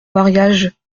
mariage